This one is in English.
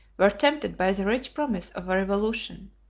were tempted by the rich promise of a revolution.